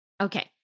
Okay